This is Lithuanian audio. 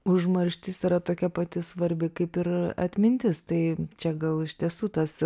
užmarštis yra tokia pati svarbi kaip ir atmintis tai čia gal iš tiesų tas